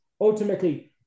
Ultimately